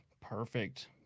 Perfect